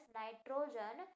nitrogen